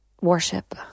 Worship